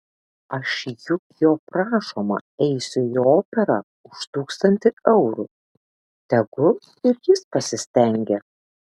aš juk jo prašoma eisiu į operą už tūkstantį eurų tegu ir jis pasistengia